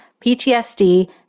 PTSD